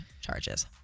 charges